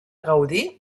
gaudi